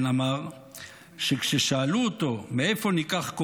אמר שכששאלו אותו מאיפה ניקח כוח,